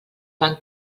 van